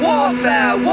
Warfare